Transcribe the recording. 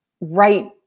right